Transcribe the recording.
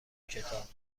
کتاب